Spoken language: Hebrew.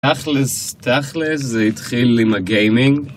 תכל'ס, תכל'ס, זה התחיל עם הגיימינג